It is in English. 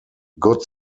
god